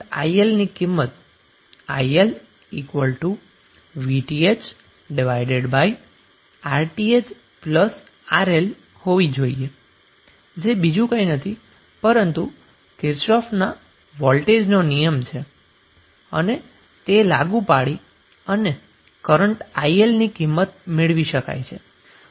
તો સરળ રીતે કરન્ટ IL ની કિંમત IL Vth RthRL હોવી જોઈએ જે બીજું કંઈ નથી પરંતુ તે કિર્ચોફના વોલ્ટેજનો નિયમ છે અને તે લાગુ પાડી અને કરન્ટ IL ની કિંમત મેળવી શકો છો